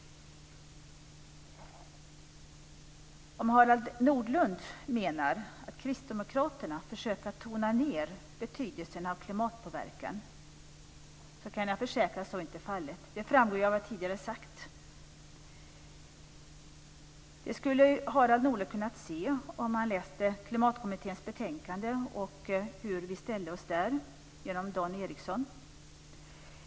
Om Harald Nordlund menar att Kristdemokraterna försöker tona ned betydelsen av klimatpåverkan kan jag försäkra att så inte är fallet. Det framgår av vad jag tidigare sagt. Det skulle Harald Nordlund kunnat se om han läst Klimatkommitténs betänkande och hur vi ställde oss där genom Dan Ericsson.